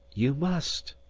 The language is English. you must,